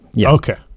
Okay